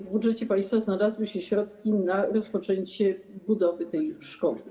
w budżecie państwa znalazły się środki na rozpoczęcie budowy tej szkoły.